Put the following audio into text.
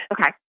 Okay